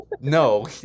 No